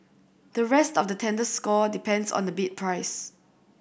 the rest of the tender score depends on the bid price